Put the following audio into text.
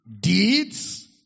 deeds